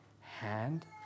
hand